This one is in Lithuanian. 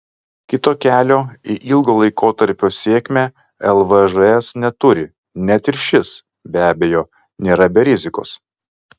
kito kelio į ilgo laikotarpio sėkmę lvžs neturi net ir šis be abejo nėra be rizikos